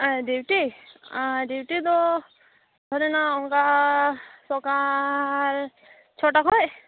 duty duty ᱫᱚ ᱫᱷᱚᱨᱮᱱᱟᱣ ᱚᱱᱠᱟ ᱥᱚᱠᱟᱞ ᱪᱷᱚᱴᱟ ᱠᱷᱚᱱ